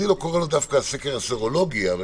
אני לא קורא לו דווקא "סקר סרולוגי" אבל